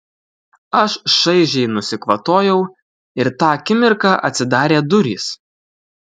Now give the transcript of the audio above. aš šaižiai nusikvatojau ir tą akimirką atsidarė durys